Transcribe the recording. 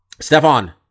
Stefan